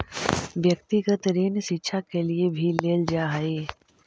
व्यक्तिगत ऋण शिक्षा के लिए भी लेल जा हई